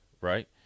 right